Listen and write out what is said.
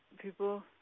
people